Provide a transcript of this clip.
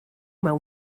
mewn